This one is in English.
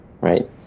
right